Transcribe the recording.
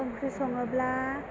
ओंख्रि सङाेब्ला